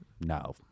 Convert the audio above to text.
No